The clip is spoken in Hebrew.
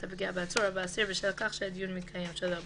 את הפגיעה בעצור או באסיר בשל כך שהדיון מתקיים שלא בנוכחותו,